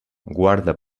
guarda